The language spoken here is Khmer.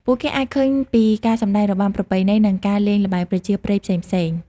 ពួកគេអាចឃើញពីការសម្ដែងរបាំប្រពៃណីនិងការលេងល្បែងប្រជាប្រិយផ្សេងៗ។